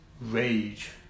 rage